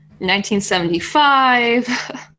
1975